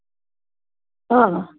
ಹಾಂ ಹಾಗೆ ಮಾಡಿರಿ ಜ